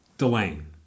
delane